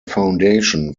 foundation